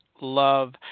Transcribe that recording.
Love